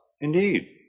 Indeed